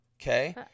Okay